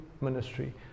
ministry